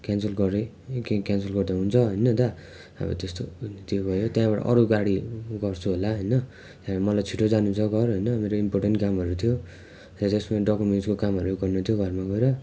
cancel गरेँ के cancel गर्दा हुन्छ होइन दादा अब त्यस्तो त्यो भयो त्यहाँबाट अरू गाडीहरू गर्छु होला होइन त्यहाँबाट मलाई छिटो जानु छ घर होइन मेरो इम्पोर्टेन्ट कामहरू थियो अनि त्यसमा डक्युमेन्ट्सको कामहरू गर्नु थियो घरमा गएर